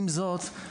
עם זאת,